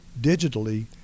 digitally